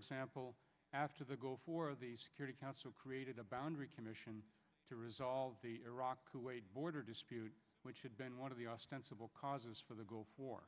example after the goal for the security council created a boundary commission to resolve the iraq kuwait border dispute which had been one of the ostensible causes for the goal for